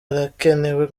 arakenewe